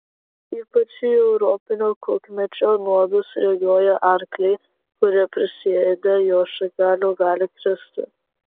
ypač į europinio kukmedžio nuodus reaguoja arkliai kurie prisiėdę jo šakelių gali kristi